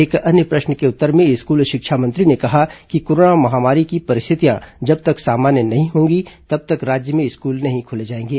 एक अन्य प्रश्न के उत्तर में स्कूल शिक्षा मंत्री ने कहा कि कोरोना महामारी की परिस्थितियां जब तक सामान्य नहीं होंगी तब तक राज्य में स्कूल नहीं खोले जाएंगे